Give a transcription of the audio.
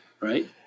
Right